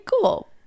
cool